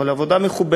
אבל זו עבודה מכובדת,